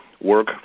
work